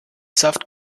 saft